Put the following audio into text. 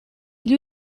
gli